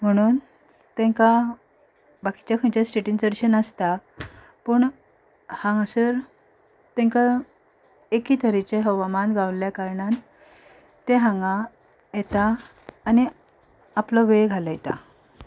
म्हणोन तेंकां बाकीच्या खंयचे स्टेटीन चडशे नासता पूण हांगासर तेंकां एकी तरेचें हवामान जाल्ल्या कारणान ते हांगा येता आनी आपलो वेळ घालयता